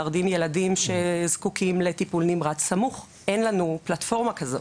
להרדים ילדים שזקוקים לטיפול נמרץ סמוך אין לנו פלטפורמה כזאת.